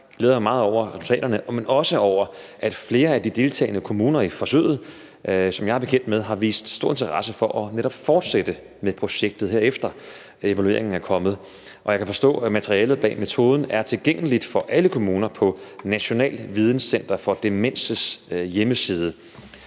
jeg glæder mig meget over resultaterne, men også over, at flere af de deltagende kommuner i forsøget, som jeg er bekendt med, har vist stor interesse for netop at fortsætte med projektet her, efter at evalueringen er kommet. Jeg kan forstå, at materialet bag metoden er tilgængeligt for alle kommuner på Nationalt Videnscenter for Demens' hjemmeside.